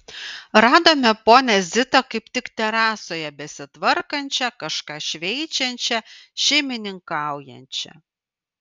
radome ponią zitą kaip tik terasoje besitvarkančią kažką šveičiančią šeimininkaujančią